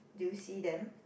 do you see them